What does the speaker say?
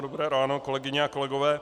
Dobré ráno, kolegyně a kolegové.